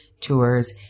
Tours